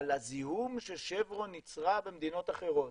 על הזיהום ששברון ייצרה במדינות אחרות,